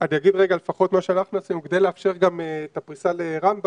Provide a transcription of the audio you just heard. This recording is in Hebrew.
אני אגיד רגע לפחות מה שאנחנו עשינו כדי לאפשר גם את הפריסה לרמב"ם,